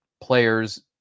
players